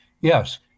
yes